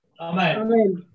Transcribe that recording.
Amen